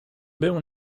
był